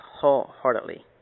wholeheartedly